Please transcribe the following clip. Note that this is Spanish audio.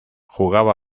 jugaba